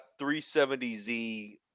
370Z